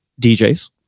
DJs